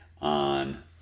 on